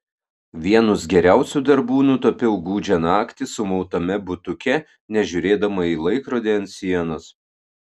vienus geriausių darbų nutapiau gūdžią naktį sumautame butuke nežiūrėdama į laikrodį ant sienos